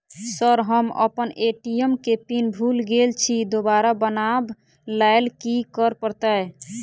Sir हम अप्पन ATM केँ पिन भूल गेल छी दोबारा बनाब लैल की करऽ परतै?